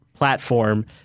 platform